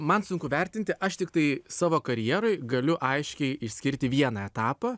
man sunku vertinti aš tiktai savo karjeroj galiu aiškiai išskirti vieną etapą